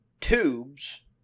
tubes